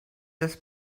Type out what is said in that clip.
this